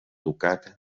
ducat